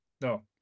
No